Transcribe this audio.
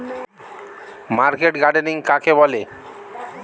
Market gardening কাকে বলে?